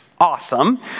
awesome